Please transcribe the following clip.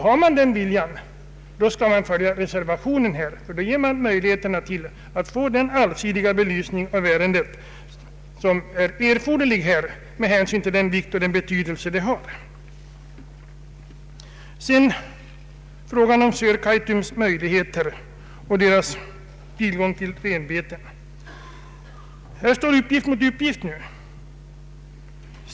Har man den viljan skall man följa reservationen, ty då skapar man möjligheter till den allsidiga belysning av ärendet som är erforderlig med hänsyn till den vikt och betydelse ärendet har. Sedan vill jag säga några ord om Sörkaitums tillgång till renbeten. Här står nu uppgift mot uppgift.